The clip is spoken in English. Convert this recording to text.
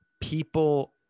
people